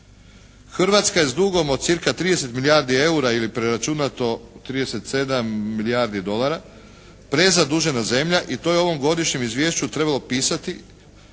Hrvatska je s dugom od cirka 30 milijardi eura ili preračunato 37 milijardi dolara prezadužena zemlja i to je u ovom godišnjem izvješću trebalo pisati